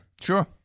Sure